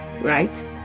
right